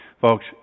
Folks